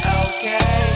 okay